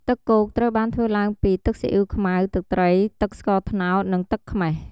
ទឹកគោកត្រូវបានធ្វើឡើងពី ទឹកស៊ីអ៊ុីវខ្មៅ ទឹកត្រី ទឹកស្ករត្នោត និងទឹកខ្មេះ។